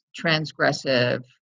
transgressive